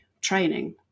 training